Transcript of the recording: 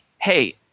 hey